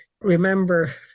remember